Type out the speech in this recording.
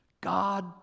God